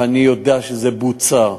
ואני יודע שזה בוצע: